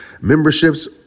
memberships